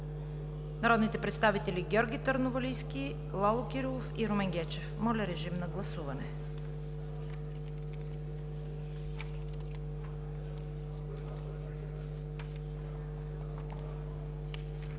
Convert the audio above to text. народните представители Георги Търновалийски, Лало Кирилов и Румен Гечев. Моля, режим на гласуване.